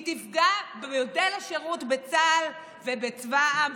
היא תפגע במודל השירות בצה"ל ובצבא העם,